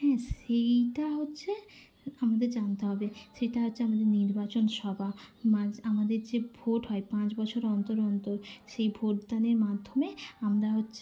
হ্যাঁ সেইটা হচ্ছে আমাদের জানতে হবে সেইটা হচ্ছে আমাদের নির্বাচন সভা প্লাস আমাদের যে ভোট হয় পাঁচ বছর অন্তর অন্তর সেই ভোটদানের মাধ্যমে আমরা হচ্ছে